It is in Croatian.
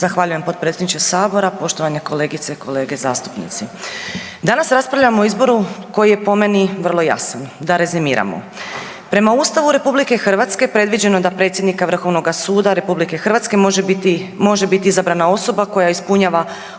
Zahvaljujem potpredsjedniče Sabora, poštovane kolegice i kolege zastupnici. Danas raspravljamo o izboru koji je po meni vrlo jasan. Da rezimiramo, prema Ustavu RH predviđeno je da predsjednika Vrhovnoga suda RH može biti izabrana osoba koja ispunjava